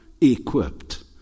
equipped